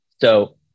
So-